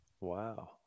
Wow